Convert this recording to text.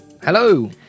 Hello